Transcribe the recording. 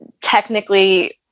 technically